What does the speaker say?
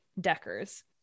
Deckers